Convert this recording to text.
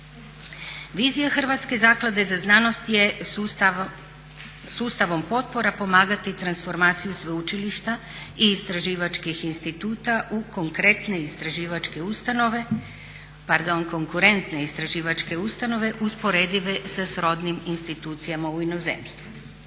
Vizija Hrvatske zaklade za znanost je sustavom potpora pomagati transformaciju sveučilišta i istraživačkih instituta u konkurentne istraživačke ustanove usporedive sa srodnim institucijama u inozemstvu.